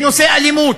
בנושא אלימות.